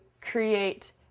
create